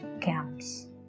camps